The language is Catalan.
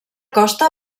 costa